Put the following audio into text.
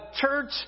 church